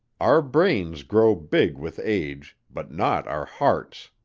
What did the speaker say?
our brains grow big with age, but not our hearts.